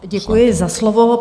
Děkuji za slovo.